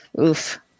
Oof